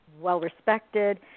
well-respected